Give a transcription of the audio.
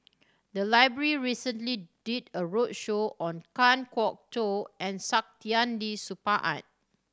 the library recently did a roadshow on Kan Kwok Toh and Saktiandi Supaat